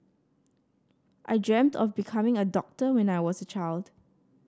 I dreamt of becoming a doctor when I was a child